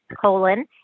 colon